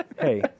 hey